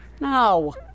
no